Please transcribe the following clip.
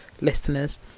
listeners